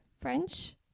French